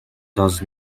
does